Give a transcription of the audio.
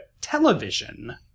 television